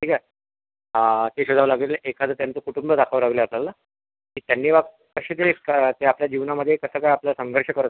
ठीक आहे ते शोधावं लागेल आहे एखादं त्यांचं कुटुंब दाखवावं लागेल आहे आपल्याला की त्यांनी बा कसे जे एका त्या आपल्या जीवनामध्ये कसं काय आपला संघर्ष करत आहेत